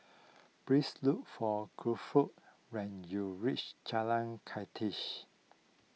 please look for Guilford when you reach Jalan Kandis